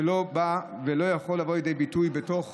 זה לא יכול לבוא לידי ביטוי בתוך